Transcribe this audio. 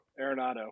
Arenado